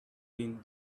been